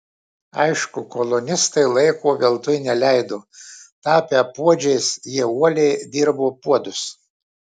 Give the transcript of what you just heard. aišku kolonistai laiko veltui neleido tapę puodžiais jie uoliai dirbo puodus